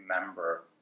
remember